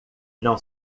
não